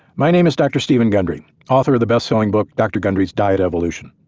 my name is dr. steven gundry, author of the bestselling book dr. gundry's diet evolution,